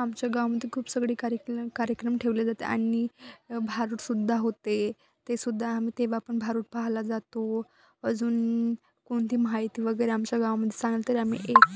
आमच्या गावामध्ये खूप सगळे कार्यक्र कार्यक्रम ठेवले जाते आणि भारूड सुद्धा होते ते सुद्धा आम्ही तेव्हा पण भारूड पाहाला जातो अजून कोणती माहिती वगैरे आमच्या गावामध्ये सांगाल तरी आम्ही एक